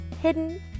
Hidden